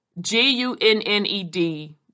G-U-N-N-E-D